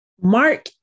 Mark